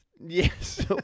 Yes